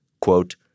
quote